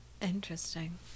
interesting